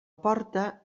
porta